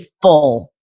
full